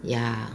ya